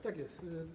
Tak jest.